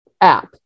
app